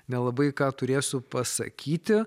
nelabai ką turėsiu pasakyti